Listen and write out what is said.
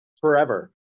forever